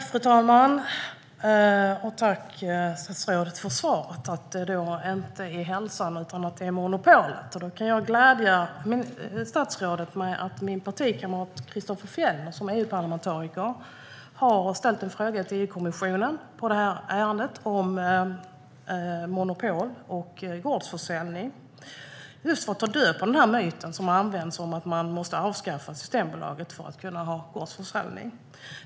Fru talman! Tack, statsrådet, för svaret! Det är då inte hälsan utan monopolet. Då kan jag glädja statsrådet med att min partikamrat Christofer Fjellner, som är EU-parlamentariker, har ställt en fråga till EU-kommissionen om monopol och gårdsförsäljning, just för att ta död på myten om att man måste avskaffa Systembolaget för att kunna ha gårdsförsäljning.